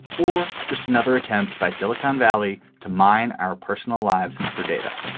or just another attempt by silicon valley to mine our personal lives for data?